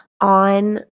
on